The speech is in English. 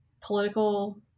political